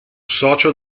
socio